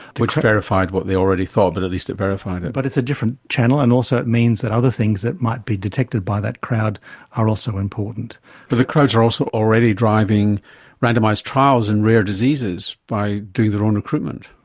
which verified what they already thought but at least it verified it. but it's a different channel and also it means that other things that might be detected by that crowd are also important. but the crowds are already driving randomised trials in rare diseases by doing their own recruitment.